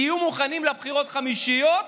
תהיו מוכנים לבחירות חמישיות,